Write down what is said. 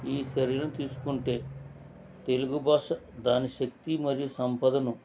ఈ చర్యలు తీసుకుంటే తెలుగు భాష దాని శక్తీ మరియు సంపదను